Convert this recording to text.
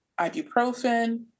ibuprofen